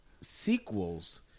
sequels